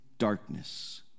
darkness